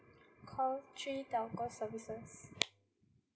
call three telco services